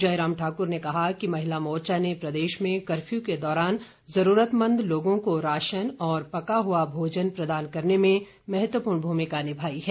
जयराम ठाकुर ने कहा कि महिला मोर्चा ने प्रदेश में क्फर्यू के दौरान जरूरतमंद लोगों को राशन और पका हुआ भोजन प्रदान करने में महत्वपूर्ण भूमिका निभाई है